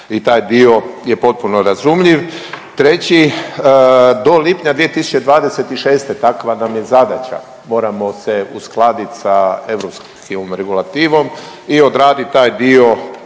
i taj dio je potpuno razumljiv. Treći do lipnja 2026. takva nam je zadaća moramo se uskladiti sa europskom regulativom i odraditi taj dio